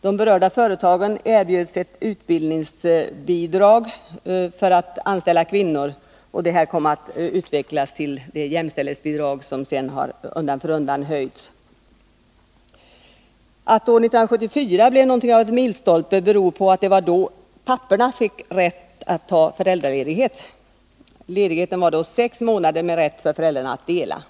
De berörda företagen erbjöds ett utbildningsbidrag för att anställa kvinnor, något som senare kom att utvecklas till det jämställdhetsbidrag som sedan undan för undan har höjts. Att året 1974 blev något av en milstolpte beror på att det var då papporna fick rätt att ta föräldraledigt. Ledigheten var då sex månader, med rätt för föräldrarna att dela på den.